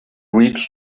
reach